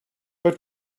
but